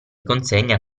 consegna